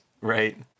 Right